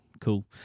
cool